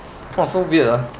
!wah! so weird ah